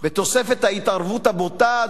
בתוספת ההתערבות הבוטה",